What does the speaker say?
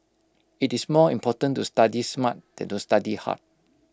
IT is more important to study smart than to study hard